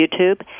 YouTube